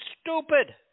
stupid